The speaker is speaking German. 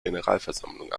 generalversammlung